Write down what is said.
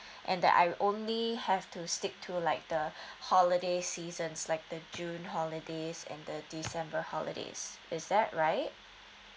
and that I will only have to stick to like the holiday seasons like the june holidays and the december holidays is that right